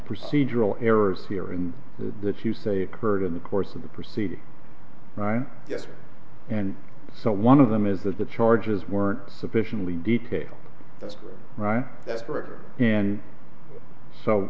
procedural errors here and that you say occurred in the course of the proceed right yes and one of them is that the charges weren't sufficiently detailed that's right that's correct and so